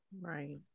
right